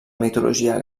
mitologia